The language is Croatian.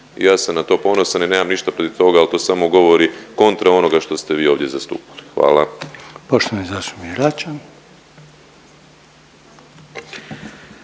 Ja sam na to ponosan i nemam ništa protiv toga jer to samo govori kontra onoga što ste vi ovdje zastupali. Hvala. **Reiner,